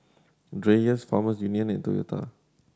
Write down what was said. Dreyers Farmers Union and Toyota